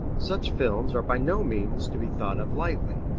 such films are by no means to be thought of lightly.